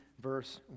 verse